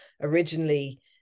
originally